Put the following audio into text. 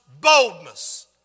boldness